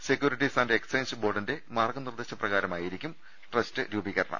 securities and exchange ബോർഡിന്റെ മാർഗ്ഗ നിർദേശ പ്രകാരമായി ന രിക്കും ട്രസ്റ്റ് രൂപീകരണം